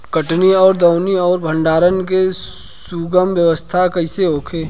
कटनी और दौनी और भंडारण के सुगम व्यवस्था कईसे होखे?